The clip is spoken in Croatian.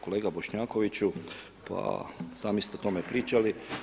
Kolega Bošnjakoviću pa sami ste o tome pričali.